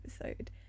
episode